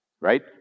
right